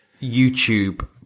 YouTube